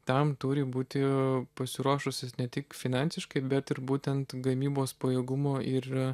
tam turi būti pasiruošusios ne tik finansiškai bet ir būtent gamybos pajėgumo ir